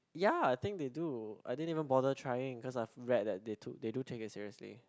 ya I think they do I didn't even bother trying cause I've read that they too they do take it seriously